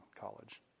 College